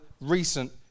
recent